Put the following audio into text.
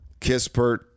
Kispert